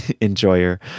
enjoyer